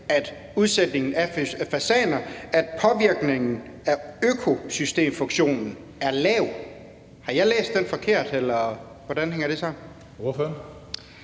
til udsætning af fasaner er påvirkningen af økosystemfunktionen lav? Har jeg læst det forkert, eller hvordan hænger det